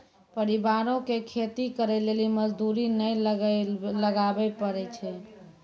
परिवारो के खेती करे लेली मजदूरी नै लगाबै पड़ै छै